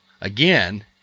again